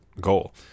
goal